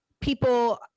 people